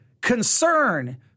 concern